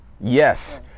yes